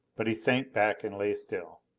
but he sank back and lay still.